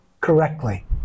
correctly